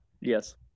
Yes